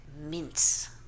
mince